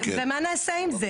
שהיא היוזמת ומבקשת התוכנית.